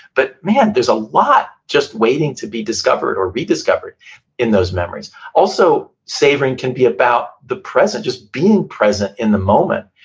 but man, there's a lot just waiting to be discovered, or rediscovered in those memories also, savoring can be about the present, just being present in the moment,